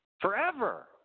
forever